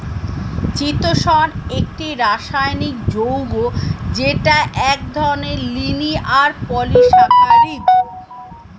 চিতোষণ একটি রাসায়নিক যৌগ যেটা এক ধরনের লিনিয়ার পলিসাকারীদ